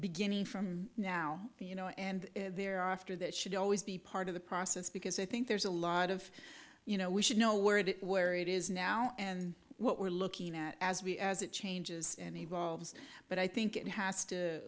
beginning from now you know and they're off to that should always be part of the process because i think there's a lot of you know we should know where it where it is now and what we're looking at as we as it changes and evolves but i think it has to